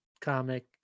comic